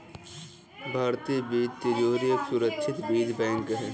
भारतीय बीज तिजोरी एक सुरक्षित बीज बैंक है